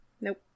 Nope